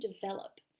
develop